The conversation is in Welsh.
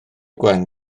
gwen